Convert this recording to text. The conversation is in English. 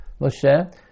Moshe